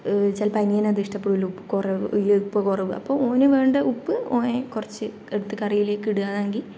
ചിലപ്പോൾ അനിയൻ അത് ഇഷ്ടപ്പെടില്ല ഉപ്പ് കുറവ് അയ്യേ ഉപ്പ് കുറവ് അപ്പോൾ ഓന് വേണ്ട ഉപ്പ് ഓന് കുറച്ച് എടുത്ത് കറിയിലേക്കിടുകയാണെങ്കിൽ